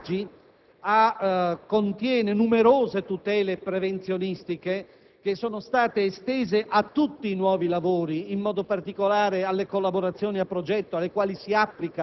Questo è accaduto anche perché, nel corso di questi anni, abbiamo accelerato le politiche per la sicurezza. La stessa legge Biagi